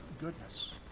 goodness